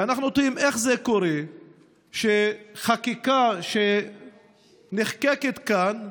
ואנחנו תוהים איך זה קורה שחקיקה שנחקקת כאן,